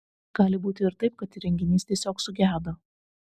gali būti ir taip kad įrenginys tiesiog sugedo